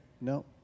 No